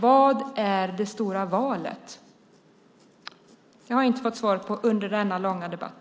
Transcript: Vad är det stora valet? Det har jag inte fått svar på under denna långa debatt.